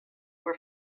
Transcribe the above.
were